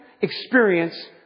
experience